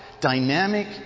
dynamic